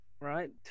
Right